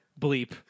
bleep